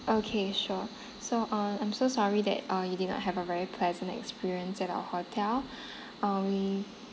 okay sure so uh I'm so sorry that uh you did not have a very pleasant experience at our hotel uh we